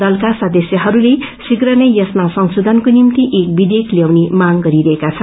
दलका सदस्यहरूले शीघ्र नै यसमा सेशोषनको निम्ति एक विवेयक ल्याउने मांग गरिरहेका छन्